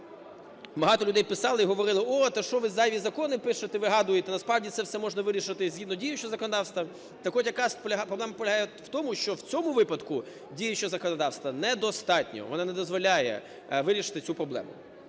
Багато людей писали і говорили, та що ви зайві закони пишете, вигадуєте? Насправді, це все можна вирішити згідно діючого законодавства. Так от якраз проблема полягає в тому, що в цьому випадку діючого законодавства недостатньо, воно не дозволяє вирішити цю проблему.